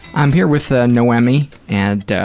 i'm here with ah noemi, and,